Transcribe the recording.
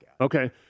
Okay